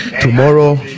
tomorrow